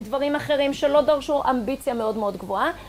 דברים אחרים שלא דרשו אמביציה מאוד מאוד גבוהה.